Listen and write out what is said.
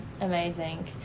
amazing